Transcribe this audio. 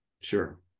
Sure